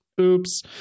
Oops